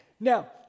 Now